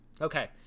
Okay